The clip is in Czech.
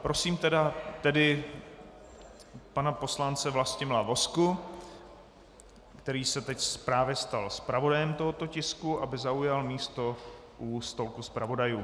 Prosím tedy pana poslance Vlastimila Vozku, který se teď právě stal zpravodajem tohoto tisku, aby zaujal místo u stolku zpravodajů.